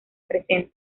presenta